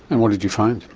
and what did you find?